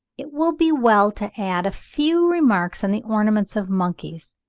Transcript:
it will be well to add a few remarks on the ornaments of monkeys.